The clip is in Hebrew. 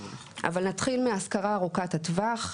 אבל נתחיל מההשכרה ארוכת הטווח.